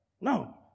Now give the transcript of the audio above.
No